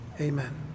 amen